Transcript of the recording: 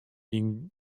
dyn